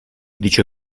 dice